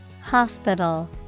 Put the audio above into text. Hospital